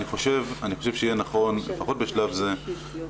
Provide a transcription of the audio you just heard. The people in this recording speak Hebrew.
אני חושב שיהיה נכון לפחות בשלב זה,